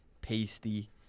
pasty